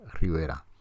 Rivera